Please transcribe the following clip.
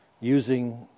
using